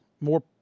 more